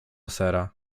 sera